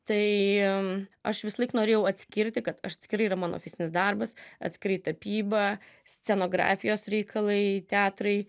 tai aš visąlaik norėjau atskirti kad aš tikrai yra mano fizinis darbas atskirai tapyba scenografijos reikalai teatrai